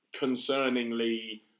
concerningly